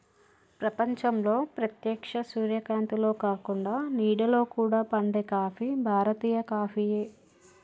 ప్రపంచంలో ప్రేత్యక్ష సూర్యకాంతిలో కాకుండ నీడలో కూడా పండే కాఫీ భారతీయ కాఫీయే